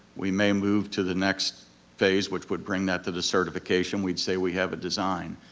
we may move to the next phase which would bring that to the certification, we'd say we have a design,